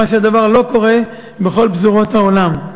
מה שלא קורה בכל פזורות העולם.